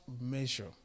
measure